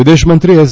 વિદેશ મંત્રી એસ